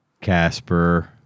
Casper